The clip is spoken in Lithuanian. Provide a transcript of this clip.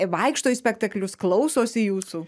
vaikšto į spektaklius klausosi jūsų